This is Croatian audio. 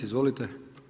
Izvolite.